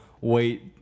wait